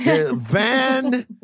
Van